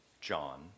John